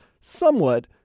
somewhat